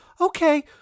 okay